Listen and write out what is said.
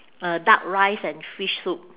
uh duck rice and fish soup